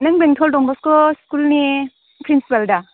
नों बेंटल दन बस्क' स्कुलनि प्रिनसिपाल दा